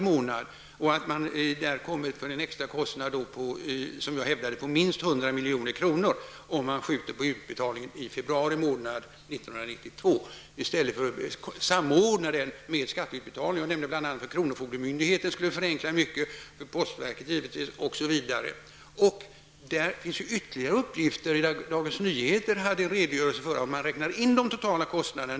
Man kommer upp till en extra kostnad på minst, som jag hävdade, 100 miljoner om man skjuter på utbetalningen till februari 1992 i stället för att samordna det med skatteutbetalningen. För bl.a. kronofogdemyndigheten skulle det förenkla mycket, för postverket naturligtvis också. Det finns ytterligare uppgifter. Dagens Nyheter hade en redogörelse för de totala kostnaderna.